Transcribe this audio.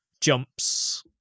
jumps